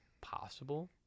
possible